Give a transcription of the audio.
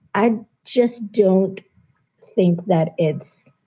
i just don't think that it's.